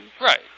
Right